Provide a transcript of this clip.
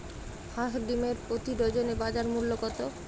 হাঁস ডিমের প্রতি ডজনে বাজার মূল্য কত?